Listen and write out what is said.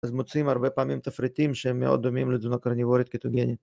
‫אז מוצאים הרבה פעמים תפריטים ‫שהם מאוד דומים ‫לתזונה קרניבורית קטוגנית.